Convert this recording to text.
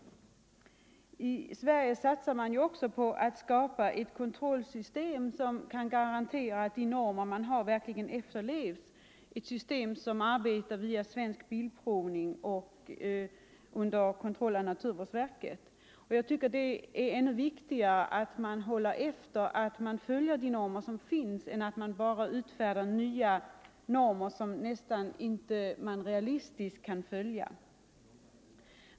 Här i Sverige satsar vi också på att skapa ett kontrollsystem som garanterar att de normer vi har verkligen efterlevs, ett system som man arbetar med på Svensk bilprovning under kontroll av naturvårdsverket. 109 Jag anser det vara viktigare att se till att de normer som finns efterlevs än att utfärda nya normer som man i realiteten inte kan följa.